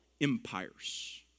empires